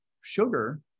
sugar